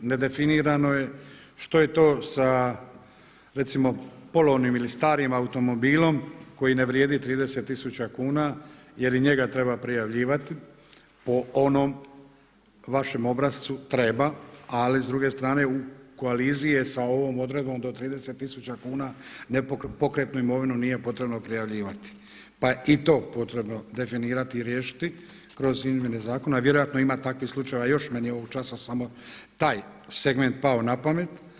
Nedefinirano je što je to sa recimo polovnim ili starim automobilom koji ne vrijedi 30 tisuća kuna jer i njega treba prijavljivati po onom vašem obrascu treba ali s druge strane u koaliziji je sa ovom odredbom do 30 tisuća kuna, pokretnu imovinu nije potrebno prijavljivati pa je i to potrebno definirati i riješiti kroz izmjene zakona a vjerojatno ima takvih slučajeva još, meni je ovog časa samo taj segment pao na pamet.